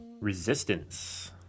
Resistance